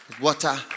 Water